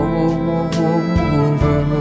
over